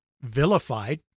vilified